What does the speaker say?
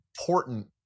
important